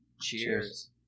cheers